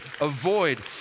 avoid